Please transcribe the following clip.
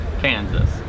Kansas